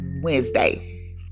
Wednesday